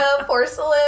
porcelain